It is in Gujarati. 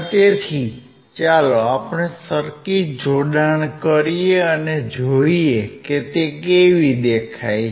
તેથી ચાલો આપણે સર્કિટ જોડાણ કરીએ અને જોઈએ કે તે કેવી દેખાય છે